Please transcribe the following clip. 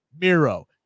Miro